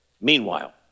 Meanwhile